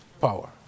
power